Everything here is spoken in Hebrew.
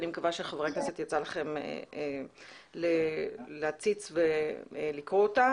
אני מקווה שיצא לכם להציץ ולקרוא אותה,